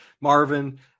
Marvin